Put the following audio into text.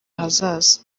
hazaza